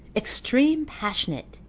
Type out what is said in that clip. extreme passionate,